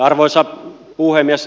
arvoisa puhemies